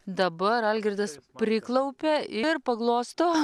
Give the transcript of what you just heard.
dabar algirdas priklaupia ir paglosto